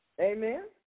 Amen